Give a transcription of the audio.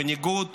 ובניגוד